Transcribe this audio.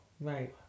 Right